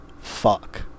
fuck